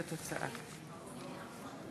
הצעת החוק